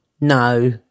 No